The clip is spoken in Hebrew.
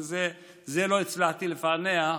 אבל את זה לא הצלחתי לפענח.